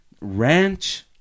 Ranch